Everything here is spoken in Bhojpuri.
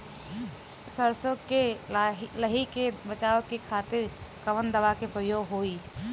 सरसो के लही से बचावे के खातिर कवन दवा के प्रयोग होई?